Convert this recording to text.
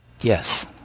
Yes